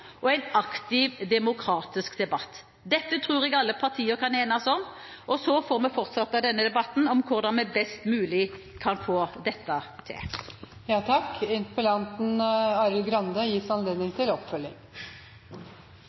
og en aktiv demokratisk debatt. Dette tror jeg alle partier kan enes om. Så får vi fortsette debatten om hvordan vi best mulig kan få dette